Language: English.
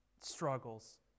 struggles